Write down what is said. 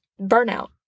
burnout